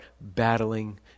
battling